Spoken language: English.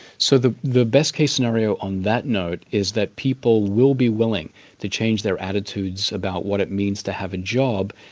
so the the best-case scenario on that note is that people will be willing to change their attitudes about what it means to have a job,